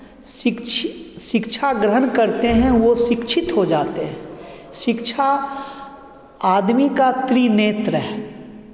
शिक्षि शिक्षा ग्रहण करते हैं वो शिक्षित हो जाते हैं शिक्षा आदमी का त्रिनेत्र है